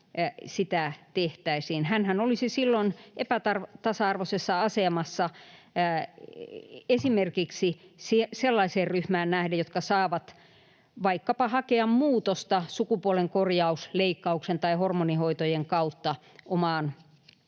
Hänhän olisi silloin epätasa-arvoisessa asemassa esimerkiksi sellaiseen ryhmään nähden, joka saa vaikkapa hakea muutosta sukupuolenkorjausleikkauksen tai hormonihoitojen kautta omaan